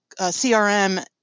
CRM